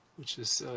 which is